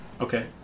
Okay